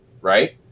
Right